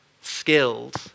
skilled